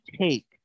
take